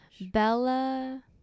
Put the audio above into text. Bella